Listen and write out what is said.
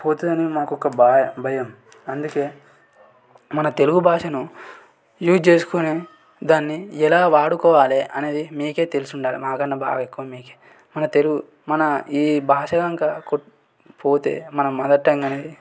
పోతుందేమో అని ఒక బాయ భయం అందుకే మన తెలుగు భాషను యూజ్ చేసుకుని దాన్ని ఎలా వాడుకోవాలి అనేది మీకే తెలిసి ఉండాలి మాకన్నా బాగా ఎక్కువ మీకే మన తెలుగు మన ఈ భాష కనుక కోటు పోతే మన మదర్ టంగ్ అనేది